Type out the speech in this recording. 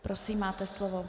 Prosím, máte slovo.